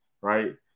right